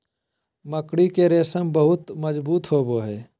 मकड़ी के रेशम बहुत मजबूत होवो हय